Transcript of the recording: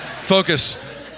focus